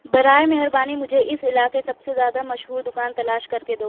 برائے مہربانی مجھے اس علاقے سب سے زیادہ مشہور دکان تلاش کر کے دو